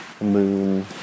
Moon